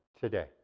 today